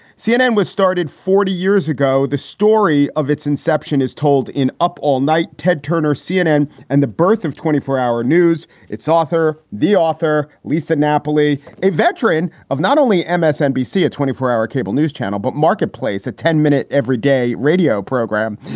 cnn was started forty years ago. the story of its inception is told in up all night. ted turner, cnn, and the birth of twenty four hour news. its author, the author, lisa napoli, a veteran of not only ah msnbc, a twenty four hour cable news channel, but marketplace, a ten minute every day radio program,